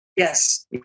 Yes